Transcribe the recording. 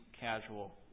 casual